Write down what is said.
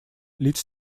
leads